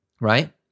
right